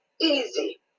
easy